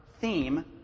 theme